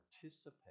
participate